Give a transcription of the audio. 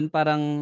parang